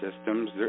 systems